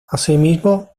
asimismo